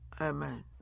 amen